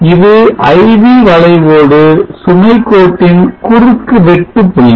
இது IV வளைவோடு சுமை கோட்டின் குறுக்கு வெட்டு புள்ளி